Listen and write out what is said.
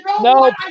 no